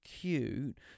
cute